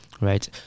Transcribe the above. right